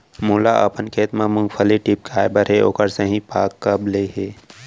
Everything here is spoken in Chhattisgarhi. मोला अपन खेत म मूंगफली टिपकाय बर हे ओखर सही पाग कब ले हे?